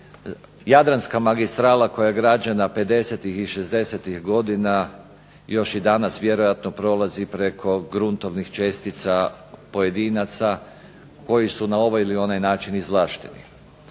jadranska magistrala koja je građena '50.-tih i '60.-tih godina još i danas vjerojatno prolazi preko gruntovnih čestica pojedinaca koji su na ovaj ili onaj način izvlašteni.